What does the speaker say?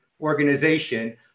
organization